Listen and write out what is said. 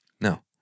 no